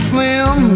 Slim